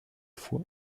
foi